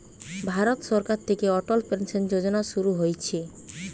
ভারত সরকার থিকে অটল পেনসন যোজনা শুরু হইছে